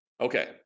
Okay